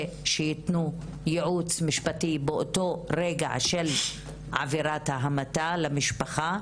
שיתנו ייעוץ משפטי באותו רגע של עבירת ההמתה למשפחה,